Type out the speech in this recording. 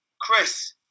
Chris